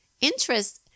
Interest